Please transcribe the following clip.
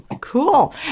Cool